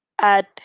add